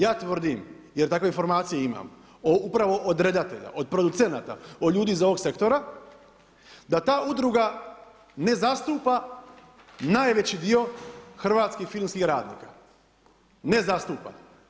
Ja tvrdim, jer takve informacije imam upravo od redatelja, od producenata, od ljudi iz ovog sektora, da ta udruga ne zastupa najveći dio hrvatskih filmskih radnika, ne zastupa.